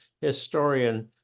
historian